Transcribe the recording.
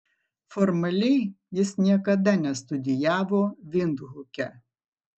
formaliai jis niekada nestudijavo vindhuke